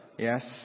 Yes